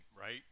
right